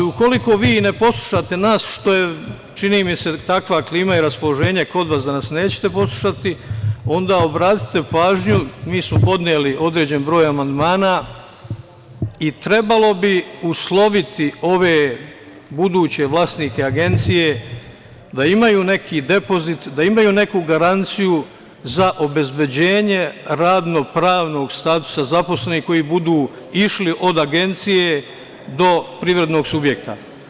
Ukoliko vi ne poslušate nas, što je, čini mi se, takva klima i raspoloženje kod vas da nas nećete poslušati, onda obratite pažnju, mi smo podneli određen broj amandmana i trebalo bi usloviti ove buduće vlasnike agencije da imaju neki depozit, da imaju neku garanciju za obezbeđenje radno-pravnog statusa zaposlenih koji budu išli od agencije do privrednog subjekta.